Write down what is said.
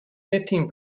fifteen